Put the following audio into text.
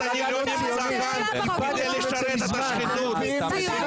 עבד נרצע של השחיתות אתה.